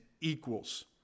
equals